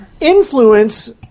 Influence